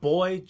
Boy